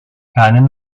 keinen